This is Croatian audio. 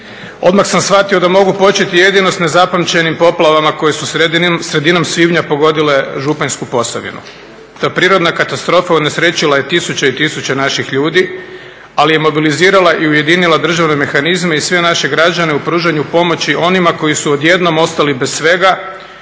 odmah sam shvatio da mogu početi jedino sa nezapamćenim poplavama koje su sredinom svibnja pogodile Županjsku Posavinu. Ta prirodna katastrofa unesrećila je tisuće i tisuće naših ljudi ali je mobilizirala i ujedinila državne mehanizme i sve naše građane u pružanju pomoći onima koji su odjednom ostali bez svega